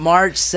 March